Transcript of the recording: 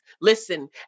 Listen